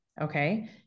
Okay